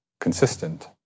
consistent